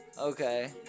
Okay